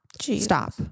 Stop